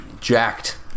jacked